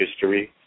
history